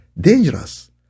dangerous